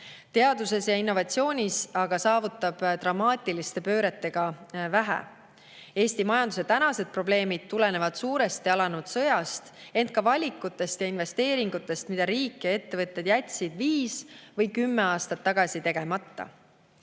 Teaduses ja innovatsioonis aga saavutab dramaatiliste pööretega vähe. Eesti majanduse tänased probleemid tulenevad suuresti alanud sõjast, ent ka valikutest ja investeeringutest, mida riik ja ettevõtted jätsid viis või kümme aastat tagasi tegemata.